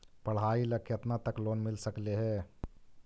पढाई ल केतना तक लोन मिल सकले हे?